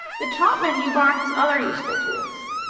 the top menu bar has other useful tools.